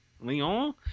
Leon